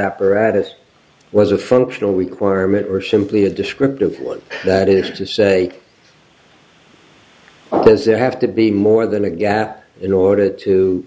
apparatus was a functional requirement or simply a descriptive one that is to say does there have to be more than a gap in order to